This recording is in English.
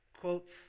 quotes